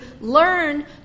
learn